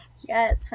yes